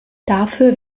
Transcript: dafür